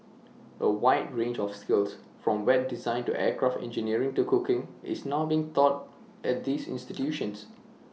A wide range of skills from web design to aircraft engineering to cooking is now being taught at these institutions